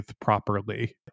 properly